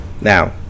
now